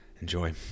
Enjoy